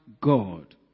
God